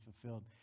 fulfilled